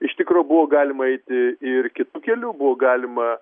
iš tikro buvo galima eiti ir kitu keliu buvo galima